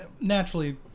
naturally